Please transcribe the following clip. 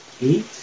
Eight